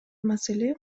маселе